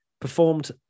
performed